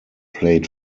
played